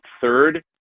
third